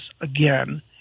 again